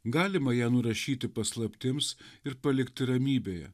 galima ją nurašyti paslaptims ir palikti ramybėje